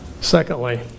Secondly